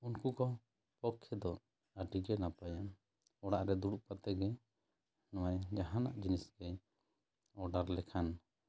ᱩᱱᱠᱩ ᱠᱚ ᱯᱚᱠᱷᱮ ᱫᱚ ᱟᱹᱰᱤ ᱜᱮ ᱱᱟᱯᱟᱭᱟ ᱚᱲᱟᱜ ᱨᱮ ᱫᱩᱲᱩᱵ ᱠᱟᱛᱮ ᱜᱮ ᱱᱚᱣᱟ ᱡᱟᱦᱟᱸ ᱱᱟᱜ ᱡᱤᱱᱤᱥ ᱜᱮ ᱳᱰᱟᱨ ᱞᱮᱠᱷᱟᱱ